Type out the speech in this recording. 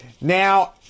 Now